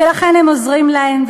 ולכן הם עוזרים להם,